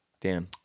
dan